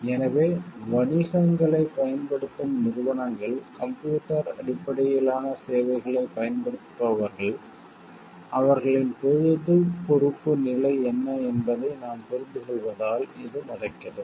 எனவே வணிகங்களைப் பயன்படுத்தும் நிறுவனங்கள் கம்ப்யூட்டர் அடிப்படையிலான சேவைகளைப் பயன்படுத்துபவர்கள் அவர்களின் பொதுப் பொறுப்பு நிலை என்ன என்பதை நாம் புரிந்துகொள்வதால் இது நடக்கிறது